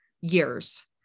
years